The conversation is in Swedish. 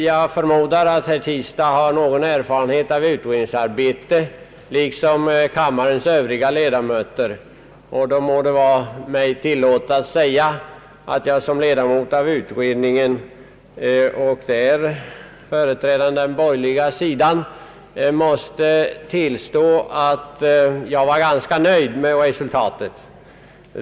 Jag förmodar att herr Tistad har någon erfarenhet av utredningsarbete, liksom kammarens övriga ledamöter, och då må det vara mig tilllåtet att säga att jag som ledamot av utredningen och företrädande den borgerliga sidan måste tillstå att jag var ganska nöjd med resultatet.